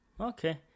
Okay